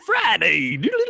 Friday